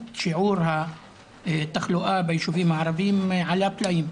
שיעור התחלואה בישובים הערבים עלה פלאים.